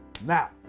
Now